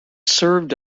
served